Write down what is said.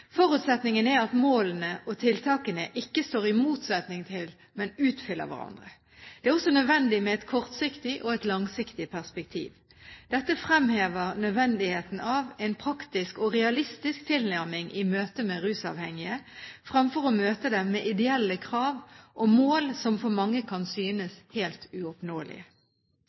Forutsetningen er at målene og tiltakene ikke står i motsetning til, men utfyller hverandre. Det er også nødvendig med et kortsiktig og et langsiktig perspektiv. Dette fremhever nødvendigheten av en praktisk og realistisk tilnærming i møtet med rusavhengige fremfor å møte dem med ideelle krav og mål som for mange kan synes helt